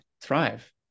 thrive